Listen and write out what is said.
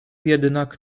jednak